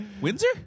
Windsor